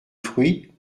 fruits